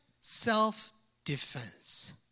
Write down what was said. self-defense